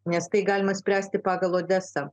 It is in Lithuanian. nes tai galima spręsti pagal odesą